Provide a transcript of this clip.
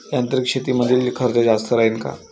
यांत्रिक शेतीमंदील खर्च जास्त राहीन का?